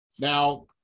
Now